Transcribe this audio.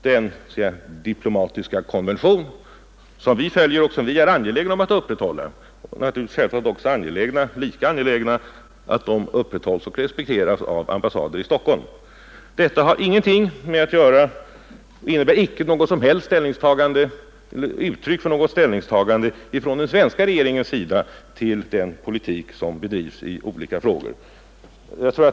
Den diplomatiska konvention som vi är angelägna om att följa — och självfallet är vi lika angelägna om att den upprätthålls och respekteras av ambassader i Stockholm — är icke uttryck för något ställningstagande från den svenska regeringen till den politik som bedrivs i olika frågor.